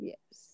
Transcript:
Yes